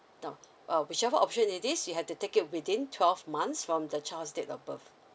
now uh whichever option it is you have to take it within twelve months from the child's date of birth